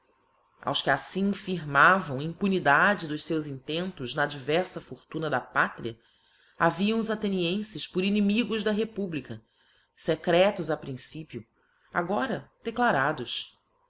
aos que aílim firmav impunidade dos feus intentos na adverfa fortuna da pátria haviam os athenienfes por inimigos da repu ca fecretos a principio agora declarados